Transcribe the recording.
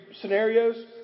scenarios